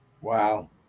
Wow